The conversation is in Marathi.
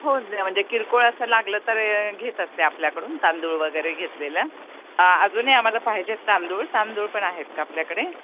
हो ज म्हणजे किरकोळ असं लागलं तर घेत असते आपल्याकडून तांदूळ वगैरे घेतलेलं अजूनही आम्हाला पाहिजे आहेत तांदूळ तांदूळ पण आहेत का आपल्याकडे